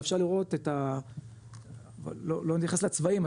אבל אפשר לראות לא נתייחס לצבעים,